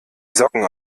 socken